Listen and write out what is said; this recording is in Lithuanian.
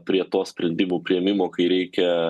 prie to sprendimų priėmimo kai reikia